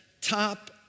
top